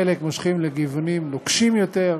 חלק מושכים בכיוונים נוקשים יותר,